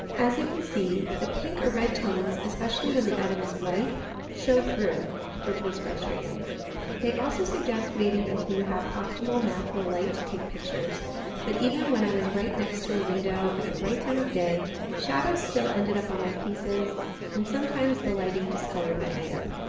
as you can see the pink or red tones, especially when the item is white show through which was frustrating they also suggest waiting until you have optimal natural light to take pictures but even when i was right next to a window at the right time of day shadows still ended up on my pieces and sometimes the lighting discolored my item